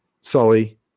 Sully